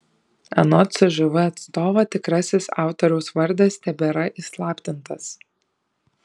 anot cžv atstovo tikrasis autoriaus vardas tebėra įslaptintas